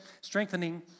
strengthening